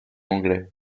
anglais